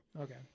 Okay